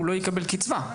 הוא לא יקבל קצבה.